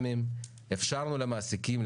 תיקון מספר 6. היועצת המשפטית,